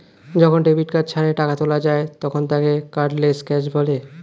যখন debit card ছাড়াই টাকা তোলা যায় তখন তাকে কার্ডলেস ক্যাশ বলে